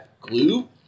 glue